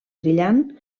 brillant